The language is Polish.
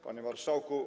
Panie Marszałku!